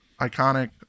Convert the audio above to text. Iconic